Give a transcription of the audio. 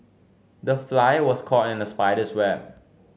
the fly was caught in the spider's web